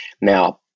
Now